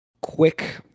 quick